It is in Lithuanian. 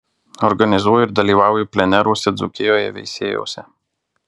organizuoju ir dalyvauju pleneruose dzūkijoje veisiejuose